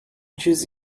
choose